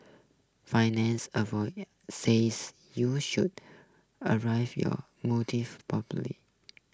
finance says you should arrive your motive properly